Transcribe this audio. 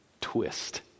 twist